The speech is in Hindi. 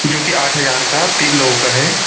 जो कि आठ हज़ार का तीन लोगों का है